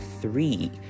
three